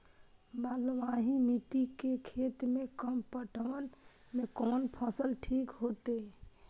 बलवाही मिट्टी के खेत में कम पटवन में कोन फसल ठीक होते?